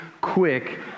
quick